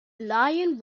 lion